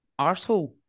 arsehole